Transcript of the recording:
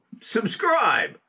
subscribe